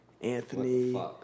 Anthony